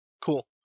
Cool